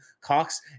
Cox